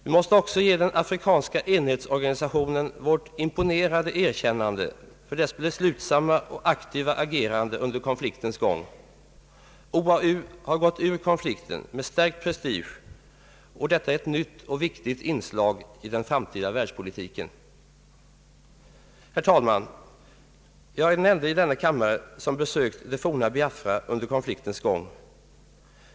Vi måste också ge den afrikanska enhetsorga nisationen vårt imponerade erkännande för dess beslutsamma och aktiva agerande under konfliktens gång. OAU har gått ur konflikten med stärkt prestige, och detta är ett nytt och viktigt inslag i den framtida världspolitiken. Herr talman! Jag är den ende i denna kammare som besökt det forna Biafra under konfliktens gång.